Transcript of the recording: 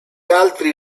altri